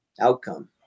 outcome